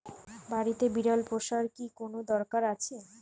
বাড়িতে বিড়াল পোষার কি কোন দরকার আছে?